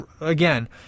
again